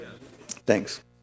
Thanks